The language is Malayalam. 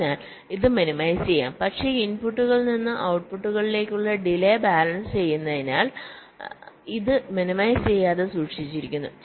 അതിനാൽ ഇത് മിനിമൈസ് ചെയ്യാം പക്ഷേ ഇൻപുട്ടുകളിൽ നിന്ന് ഔട്ട്പുട്ടുകളിലേക്കുള്ള ഡിലെ ബാലൻസ് ചെയ്യുന്നതിനാൽ ഇത് മിനിമൈസ് ചെയ്യാതെ സൂക്ഷിച്ചിരിക്കുന്നു